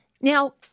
Now